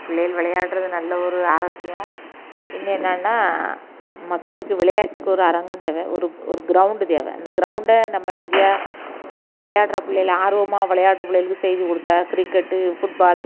பிள்ளைகள் விளையாடுறது நல்ல ஒரு ஆரோக்கியம் இன்னும் என்னென்னா மக்களுக்கு விளையாட்டுக்கு ஒரு அரங்கம் தேவை ஒரு ஒரு கிரவுண்டு தேவை அந்த கிரவுண்டை நம்ம இந்தியா பிள்ளைகளுக்கு விளையாடுற பிள்ளைகள ஆர்வமாக விளையாடுற பிள்ளைகளுக்கு செய்து கொடுத்தா கிரிக்கெட்டு ஃபுட்பால்